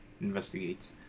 investigates